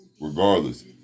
Regardless